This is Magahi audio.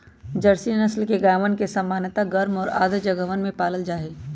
जर्सी नस्ल के गायवन के सामान्यतः गर्म और आर्द्र जगहवन में पाल्ल जाहई